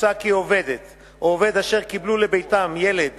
מוצע כי עובדת או עובד אשר קיבלו לביתם ילד